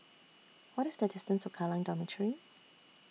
What IS The distance to Kallang Dormitory